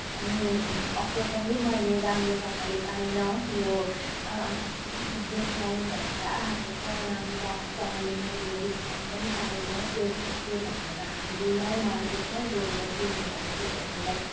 अनि अफर पनि मैले राम्रोसँगले पाइनँ यो डिस्काउन्ट भनेर आएको छ राम्रोसँगले मैले यो डिस्काउन्ट पनि पाइनँ त्यो त्योभन्दा त हामीले यहीँ मार्केटमै गएर किन्यो भने बरू हामीलाई